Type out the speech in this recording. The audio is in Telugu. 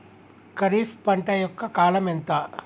ఖరీఫ్ పంట యొక్క కాలం ఎంత?